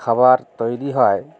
খাবার তৈরি হয়